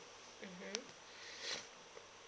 mmhmm